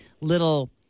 little